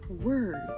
words